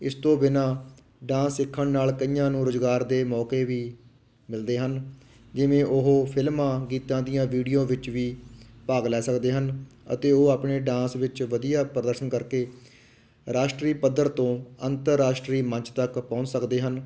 ਇਸ ਤੋਂ ਬਿਨਾਂ ਡਾਂਸ ਸਿੱਖਣ ਨਾਲ ਕਈਆਂ ਨੂੰ ਰੁਜ਼ਗਾਰ ਦੇ ਮੌਕੇ ਵੀ ਮਿਲਦੇ ਹਨ ਜਿਵੇਂ ਉਹ ਫਿਲਮਾਂ ਗੀਤਾਂ ਦੀਆਂ ਵੀਡੀਓ ਵਿੱਚ ਵੀ ਭਾਗ ਲੈ ਸਕਦੇ ਹਨ ਅਤੇ ਉਹ ਆਪਣੇ ਡਾਂਸ ਵਿੱਚ ਵਧੀਆ ਪ੍ਰਦਰਸ਼ਨ ਕਰਕੇ ਰਾਸ਼ਟਰੀ ਪੱਧਰ ਤੋਂ ਅੰਤਰਰਾਸ਼ਟਰੀ ਮੰਚ ਤੱਕ ਪਹੁੰਚ ਸਕਦੇ ਹਨ